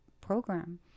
program